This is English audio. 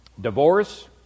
divorce